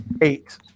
Eight